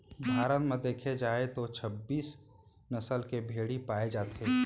भारत म देखे जाए तो छब्बीस नसल के भेड़ी पाए जाथे